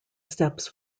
steps